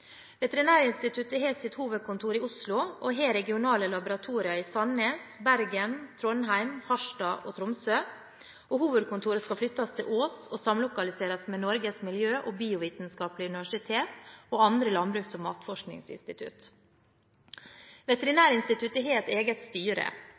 Veterinærinstituttet har sitt hovedkontor i Oslo og har regionale laboratorier i Sandnes, Bergen, Trondheim, Harstad og Tromsø. Hovedkontoret skal flyttes til Ås og samlokaliseres med Norges miljø- og biovitenskapelige universitet og andre landbruks- og